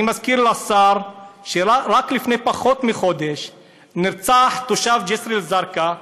אני מזכיר לשר שרק לפני פחות מחודש נרצח תושב ג'יסר א-זרקא,